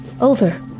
over